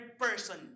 person